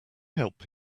help